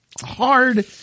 hard